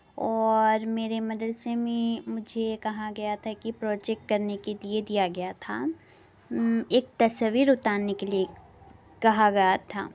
اور میرے مدرسہ میں مجھے یہ کہا گیا تھا کہ پروجیکٹ کرنے کے لیے دیا گیا تھا ایک تصویر اتارنے کے لیے کہا گیا تھا